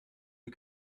you